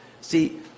See